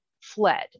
fled